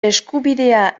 eskubidea